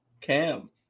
Cam